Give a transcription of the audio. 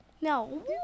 No